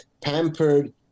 pampered